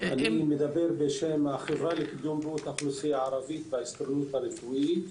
אני מדבר בשם החברה לקידום בריאות האוכלוסייה הערבית בהסתדרות הרפואית.